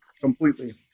Completely